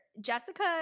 Jessica